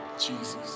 Jesus